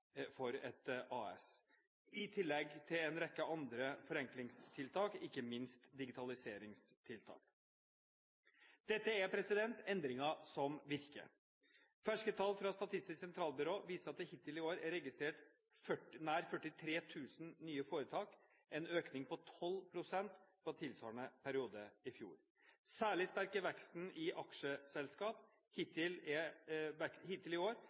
AS, i tillegg til en rekke andre forenklingstiltak, ikke minst digitaliseringstiltak. Dette er endringer som virker. Ferske tall fra Statistisk sentralbyrå viser at det hittil i år er registrert nær 43 000 nye foretak, en økning på 12 pst. fra tilsvarende periode i fjor. Særlig sterk er veksten i aksjeselskap. Hittil i år